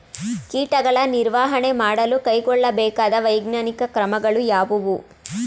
ಕೀಟಗಳ ನಿರ್ವಹಣೆ ಮಾಡಲು ಕೈಗೊಳ್ಳಬೇಕಾದ ವೈಜ್ಞಾನಿಕ ಕ್ರಮಗಳು ಯಾವುವು?